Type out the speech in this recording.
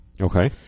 Okay